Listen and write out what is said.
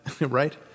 right